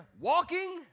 walking